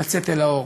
לצאת אל האור.